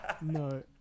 no